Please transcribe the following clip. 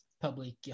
public